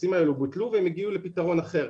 הטפסים האלה בוטלו והם הגיעו לפתרון אחר.